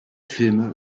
filme